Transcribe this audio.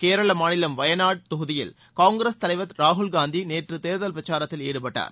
கேரள மாநிலம் வயநாடு தொகுதியில் காங்கிரஸ் தலைவர் ராகுல்காந்தி நேற்று தேர்தல் பிரச்சாரத்தில் ஈடுபட்டார்